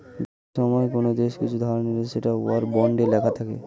যুদ্ধের সময়ে কোন দেশ কিছু ধার নিলে সেটা ওয়ার বন্ডে লেখা থাকে